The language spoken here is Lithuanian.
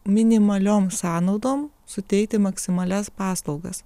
minimaliom sąnaudom suteikti maksimalias paslaugas